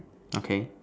okay